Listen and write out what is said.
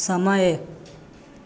समय